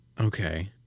okay